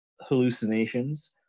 hallucinations